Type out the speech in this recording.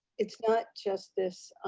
it's not just this,